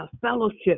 Fellowship